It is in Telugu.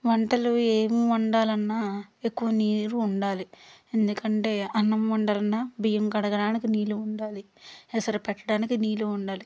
వంటలు ఏమి వండాలన్న ఎక్కువ నీరు ఉండాలి ఎందుకంటే అన్నం వండాలన్న బియ్యం కడగటానికి నీళ్ళు ఉండాలి ఎసరు పెట్టడానికి నీళ్ళు ఉండాలి